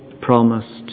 promised